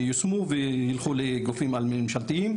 ייושמו וילכו לגופים על-ממשלתיים,